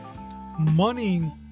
money